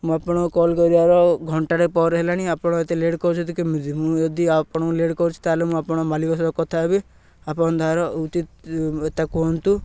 ମୁଁ ଆପଣ କଲ୍ କରିବାର ଘଣ୍ଟାଟେ ପରେ ହେଲାଣି ଆପଣ ଏତେ ଲେଟ୍ କରୁଛନ୍ତି କେମିତି ମୁଁ ଯଦି ଆପଣଙ୍କୁ ଲେଟ୍ କରୁଛି ତା'ହେଲେ ମୁଁ ଆପଣ ମାଲିକ ସହ କଥା ହେବି ଆପଣ ତା'ର ଏତା କୁହନ୍ତୁ